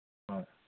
ꯍꯣꯏ